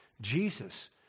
Jesus